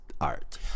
art